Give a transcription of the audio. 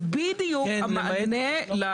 זה בדיוק המענה.